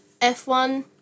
F1